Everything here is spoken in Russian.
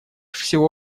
всего